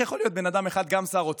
איך בן אדם יכול להיות שר אוצר,